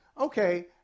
Okay